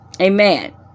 Amen